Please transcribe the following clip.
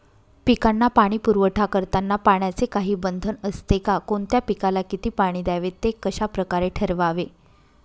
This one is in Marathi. पिकांना पाणी पुरवठा करताना पाण्याचे काही बंधन असते का? कोणत्या पिकाला किती पाणी द्यावे ते कशाप्रकारे ठरवावे?